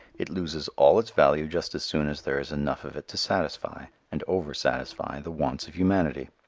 it loses all its value just as soon as there is enough of it to satisfy, and over-satisfy the wants of humanity.